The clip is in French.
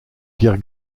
pierre